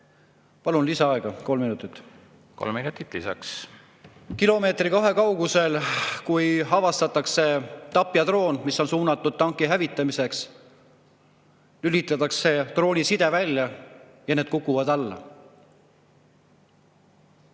Palun lisaaega kolm minutit. Kolm minutit lisaks. Kolm minutit lisaks. … 1–2 kilomeetri kaugusel, kui avastatakse tapjadroon, mis on suunatud tanki hävitamiseks, lülitatakse drooni side välja ja see kukub alla.